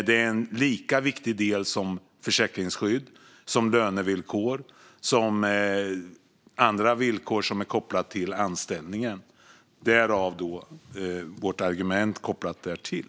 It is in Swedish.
Det är en lika viktig del som försäkringsskydd, lönevillkor och andra villkor som är kopplade till anställningen - därav vårt argument kopplat därtill.